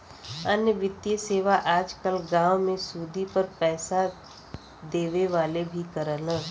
अन्य वित्तीय सेवा आज कल गांव में सुदी पर पैसे देवे वाले भी करलन